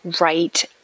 right